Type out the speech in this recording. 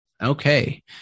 Okay